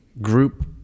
group